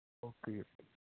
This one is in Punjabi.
ਓਕੇ ਜੀ ਓਕੇ